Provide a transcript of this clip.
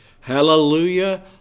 Hallelujah